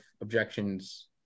objections